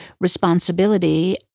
responsibility